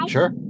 Sure